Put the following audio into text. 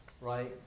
right